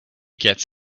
gets